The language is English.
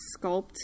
sculpt